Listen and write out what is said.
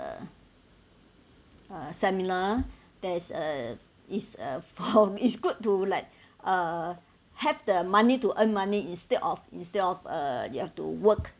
uh seminar there's a is a for it's good to like uh have the money to earn money instead of instead of uh you have to work